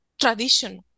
tradition